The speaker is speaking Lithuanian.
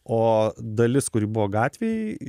o dalis kuri buvo gatvėj